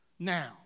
Now